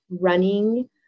running